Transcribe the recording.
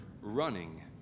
running